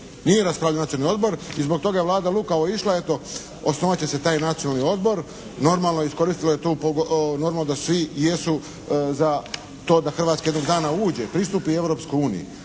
Nije raspravljao Nacionalni odbor i zbog toga je Vlada lukavo išla eto osnovat će se taj Nacionalni odbor. Normalno iskoristio je tu, normalno da svi jesu za to da Hrvatska jednog dana uđe, pristupi Europskoj uniji,